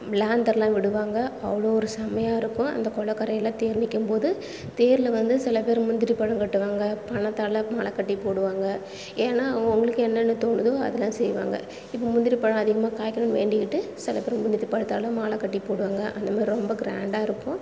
லாந்தர்லாம் விடுவாங்கள் அவ்வளோ ஒரு செம்மையா இருக்கும் அந்த குளக்கரையில தேர் நிற்கும்போது தேர்ல வந்து சில பேர் முந்திரிப்பழம் கட்டுவாங்கள் பணத்தால் மாலைக்கட்டி போடுவாங்கள் ஏன்னா அவங்கவுங்களுக்கு என்னென்ன தோணுதோ அதெலாம் செய்வாங்கள் இப்போ முந்திரிப்பழம் அதிகமாக காய்க்கணும்னு வேண்டிக்கிட்டு சில பேர் முந்திரிப்பழத்தால் மாலை கட்டிப் போடுவாங்கள் அந்த மாதிரி ரொம்ப க்ராண்டாக இருக்கும்